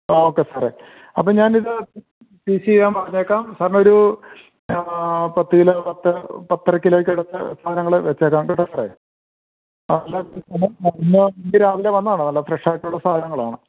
ആ ഓക്കെ സാറെ അപ്പം ഞാനിത് പീസ് ചെയ്യാൻ പറഞ്ഞേക്കാം സാറിന് ഒരു പത്ത് കിലോ പത്ത് പത്തര കിലോക്കകത്ത് സാധനങ്ങൾ വെച്ചേക്കാം കേട്ടൊ സാറേ ആ ഇന്ന് രാവിലെ വന്നതാണ് നല്ല ഫ്രഷായിട്ടുള്ള സാധനങ്ങളാണ്